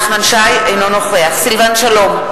אינו נוכח סילבן שלום,